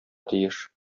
тиеш